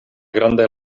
grandaj